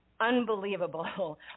unbelievable